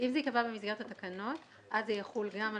תכנית העבודה, התמחור,